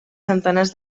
centenars